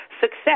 success